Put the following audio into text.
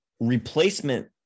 replacement